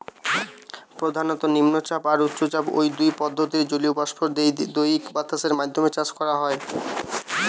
প্রধানত নিম্নচাপ আর উচ্চচাপ, ঔ দুই পদ্ধতিরে জলীয় বাষ্প দেইকি বাতাসের মাধ্যমে চাষ করা হয়